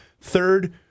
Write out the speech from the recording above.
third